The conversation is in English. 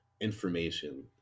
information